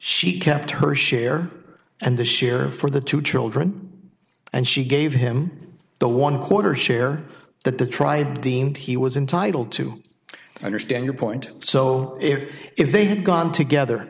she kept her share and the share for the two children and she gave him the one quarter share that the tribe deemed he was entitled to understand your point so if if they had gone together